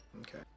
Okay